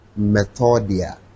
methodia